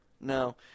no